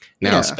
Now